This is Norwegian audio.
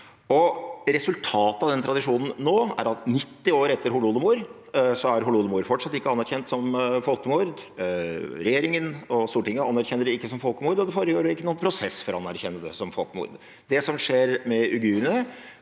Resultatet av den tradisjonen nå er at 90 år etter holodomor er holodomor fortsatt ikke anerkjent som folkemord. Regjeringen og Stortinget anerkjenner ikke det som folkemord, og det foregår ikke noen prosess for å anerkjenne det som folkemord. Det som skjer med uigurene,